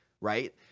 right